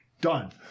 Done